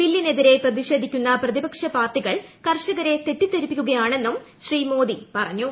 ബില്ലിനെതിരെ പ്രതിഷേധിക്കുന്ന പ്രതിപക്ഷ പാർട്ടികൾ കർഷകരെ തെറ്റിദ്ധരിപ്പിക്കുകയാണെന്നും ശ്രീ മോദി പറഞ്ഞു